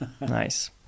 nice